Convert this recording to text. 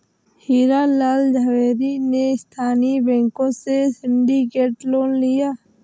हीरा लाल झावेरी ने स्थानीय बैंकों से सिंडिकेट लोन लिया